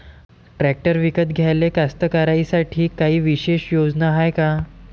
Tractor विकत घ्याले कास्तकाराइसाठी कायी विशेष योजना हाय का?